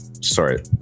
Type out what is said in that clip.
sorry